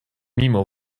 mimo